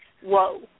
whoa